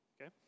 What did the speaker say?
okay